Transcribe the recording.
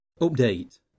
Update